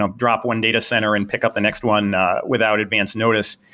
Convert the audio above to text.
ah drop one data center and pick up the next one without advance notice,